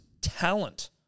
talent